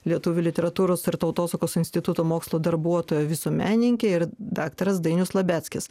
lietuvių literatūros ir tautosakos instituto mokslo darbuotoja visuomenininkė ir daktaras dainius labeckis